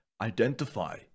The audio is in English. identify